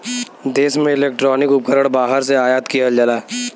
देश में इलेक्ट्रॉनिक उपकरण बाहर से आयात किहल जाला